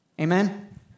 Amen